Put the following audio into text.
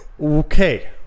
Okay